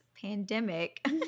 Pandemic